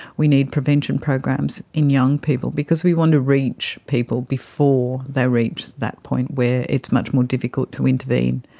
we need prevention programs in young people because we want to reach people before they reach that point where it's much more difficult to intervene.